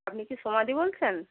আপনি কি সোমাদি বলছেন